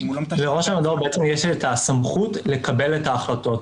לראש המדור יש את הסמכות לקבל את ההחלטות,